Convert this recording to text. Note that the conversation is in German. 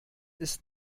ist